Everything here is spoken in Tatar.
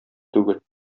түгел